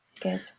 Good